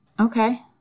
Okay